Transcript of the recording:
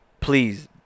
Please